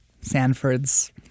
Sanford's